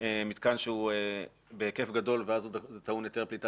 מתקן שהוא בהיקף גדול ואז הוא טעון היתר פליטה